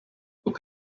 uko